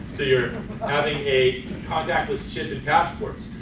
so you're having a contactless chip and passports,